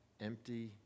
Empty